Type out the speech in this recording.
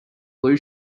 blue